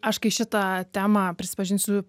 aš kai šitą temą prisipažinsiu